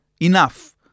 enough